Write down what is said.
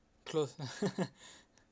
close